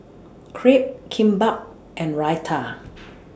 Crepe Kimbap and Raita